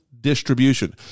distribution